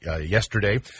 yesterday